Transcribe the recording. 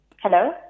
Hello